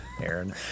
Aaron